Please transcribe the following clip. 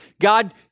God